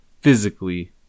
Physically